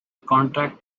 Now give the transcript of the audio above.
contract